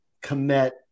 commit